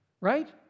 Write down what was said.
right